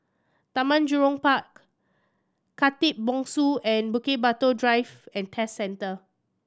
Taman Jurong Park Khatib Bongsu and Bukit Batok Driving and Test Centre